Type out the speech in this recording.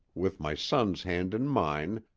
with my son's hand in mine,